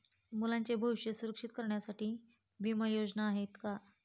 मुलांचे भविष्य सुरक्षित करण्यासाठीच्या विमा योजना आहेत का?